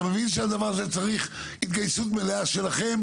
אתה מבין שהדבר הזה צריך התגייסות מלאה שלכם